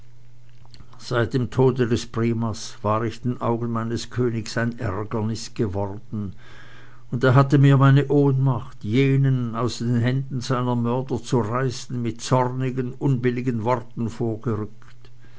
seit dem tode des primas war ich den augen meines königs ein ärgernis geworden und er hatte mir meine ohnmacht jenen aus den händen seiner mörder zu reißen mit zornigen unbilligen worten vorgerückt